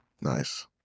Nice